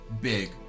big